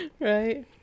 Right